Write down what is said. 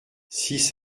six